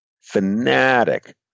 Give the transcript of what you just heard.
Fanatic